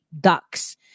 ducks